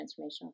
transformational